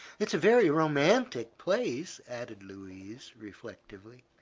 it's a very romantic place, added louise, reflectively.